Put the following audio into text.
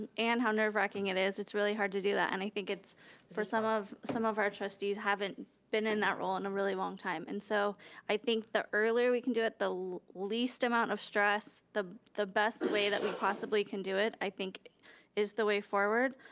and how nerve wracking it is, it's really hard to do that, and i think it's for some of some of our trustees, haven't been in that role in a really long time and so i think the earlier we can do it, the least amount of stress, the the best way that we possibly can do it. i think is the way forward.